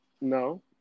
No